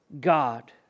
God